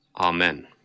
amen